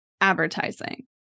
advertising